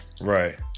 Right